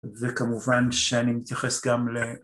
וכמובן שאני מתייחס גם ל...